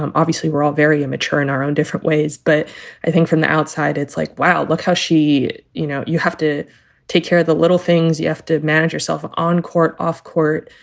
um obviously, we're all very immature in our own different ways. but i think from the outside, it's like, wow. look how she you know, you have to take care of the little things. you have to manage yourself on court, off court.